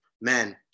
man